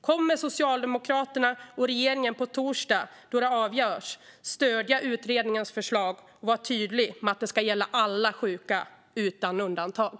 Kommer Socialdemokraterna och regeringen på torsdag, då det avgörs, att stödja utredningens förslag och vara tydliga med att det ska gälla alla sjuka, utan undantag?